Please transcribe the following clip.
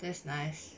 that's nice